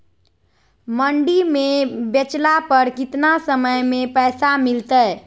मंडी में बेचला पर कितना समय में पैसा मिलतैय?